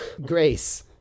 Grace